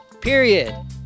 Period